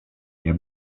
nie